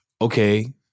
Okay